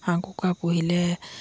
হাঁহ কুকুৰা পুহিলে